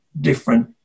different